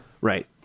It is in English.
Right